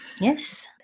Yes